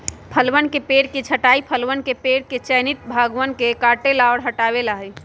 फलवन के पेड़ के छंटाई फलवन के पेड़ के चयनित भागवन के काटे ला और हटावे ला हई